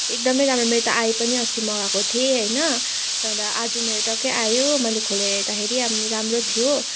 एकदमै राम्रो मेरो त आयो पनि अस्ति मगाएको थिएँ होइन तर आज मेरो टक्कै आयो मैले खोलेर हेर्दाखेरि अब राम्रो थियो